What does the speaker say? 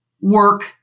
work